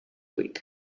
week